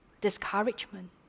discouragement